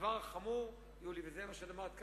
והדבר החמור, יולי, וזה מה שאמרת כרגע,